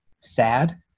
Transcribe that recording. sad